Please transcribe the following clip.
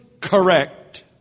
correct